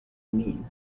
mean